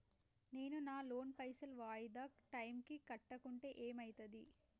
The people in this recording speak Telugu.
నేను నా లోన్ పైసల్ వాయిదా టైం కి కట్టకుంటే ఏమైతది?